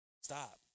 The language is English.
Stop